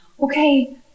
okay